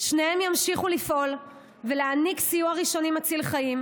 שניהם ימשיכו לפעול ולהעניק סיוע ראשוני מציל חיים,